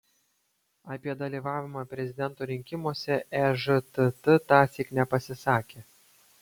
apie dalyvavimą prezidento rinkimuose ežtt tąsyk nepasisakė